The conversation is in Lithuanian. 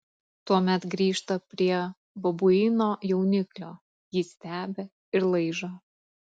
tuomet grįžta prie babuino jauniklio jį stebi ir laižo